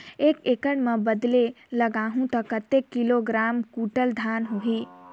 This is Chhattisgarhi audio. एक एकड़ मां बदले लगाहु ता कतेक किलोग्राम कुंटल धान होही?